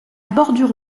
bordure